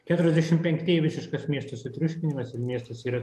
keturiasdešim penktieji visiškas miesto sutriuškinimas ir miestas yra